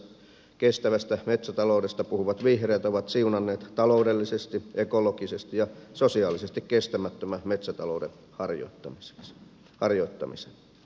kestävästä metsätaloudesta puhuvat vihreät ovat siunanneet taloudellisesti ekologisesti ja sosiaalisesti kestämättömän metsätalouden harjoittamisen